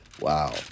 Wow